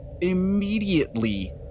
immediately